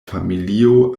familio